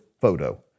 photo